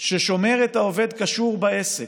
ששומר את העובד קשור בעסק,